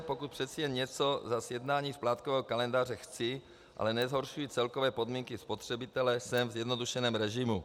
Pokud přece jen něco za sjednání splátkového kalendáře chci, ale nezhoršuji celkové podmínky spotřebitele, jsem v zjednodušeném režimu.